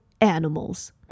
animals